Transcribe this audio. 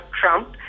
Trump